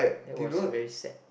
that was very sad